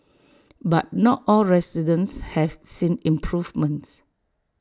but not all residents have seen improvements